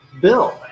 bill